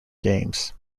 games